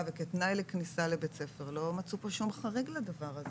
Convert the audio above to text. וכתנאי לכניסה לבית ספר לא מצאו כאן חריג לדבר הזה.